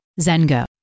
Zengo